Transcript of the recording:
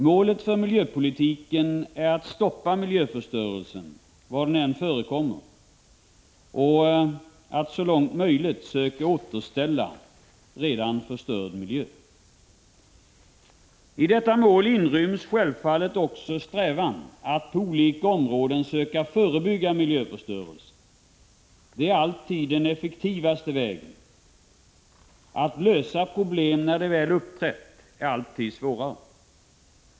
Målet för miljöpolitiken är att stoppa miljöförstörelsen var den än förekommer och att så långt möjligt söka återställa redan förstörd miljö. I detta mål inryms självfallet också strävan att på olika områden söka förebygga miljöförstörelse. Det är alltid den effektivaste vägen. Att lösa problem när de väl uppträtt är alltid svårare.